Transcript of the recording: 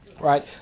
right